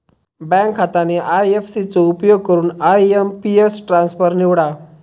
bank खाता आणि IFC चो उपयोग करून आय.एम.पी.एस ट्रान्सफर निवडा